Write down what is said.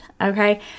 okay